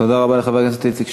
תודה רבה לחבר הכנסת